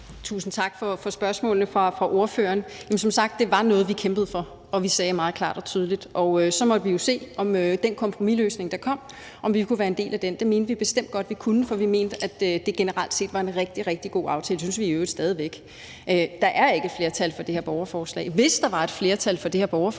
Tusind tak for spørgsmålene fra ordføreren. Jamen som sagt var det noget, vi kæmpede for, og vi sagde det meget klart og tydeligt. Så måtte vi jo se, om vi kunne være en del af den kompromisløsning, der kom. Det mente vi bestemt godt vi kunne, for vi mente, at det generelt set var en rigtig, rigtig god aftale. Det synes vi i øvrigt stadig væk. Der er ikke et flertal for det her borgerforslag. Hvis der var et flertal for det her borgerforslag,